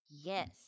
Yes